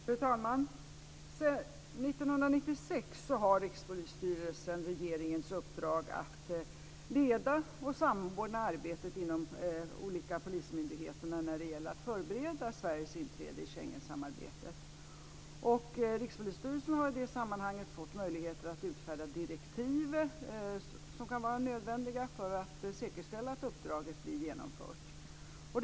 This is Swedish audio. Fru talman! Sedan 1996 har Rikspolisstyrelsen regeringens uppdrag att leda och samordna arbetet inom olika polismyndigheter när det gäller att förbereda Sveriges inträde i Schengensamarbetet. Rikspolisstyrelsen har i det sammanhanget fått möjligheter att utfärda direktiv som kan vara nödvändiga för att säkerställa att uppdraget blir genomfört.